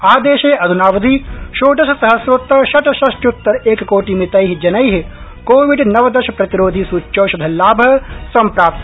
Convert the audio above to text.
आदेशे अधुनावधि षोडश सहस्त्रोत्तर षट् षष्ट्युत्तर एककोटि मितै जनै कोविड नवदश प्रतिरोधि सूच्यौषध लाभ सम्प्राप्त